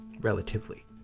Relatively